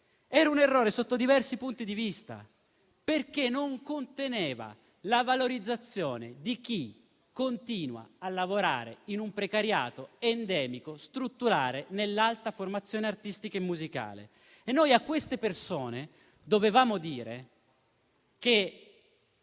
Era un errore sotto diversi punti di vista, perché non conteneva la valorizzazione di chi continua a lavorare in un precariato endemico e strutturale nell'alta formazione artistica e musicale. Noi a queste persone dovevamo dire che